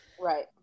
right